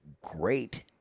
great